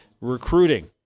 recruiting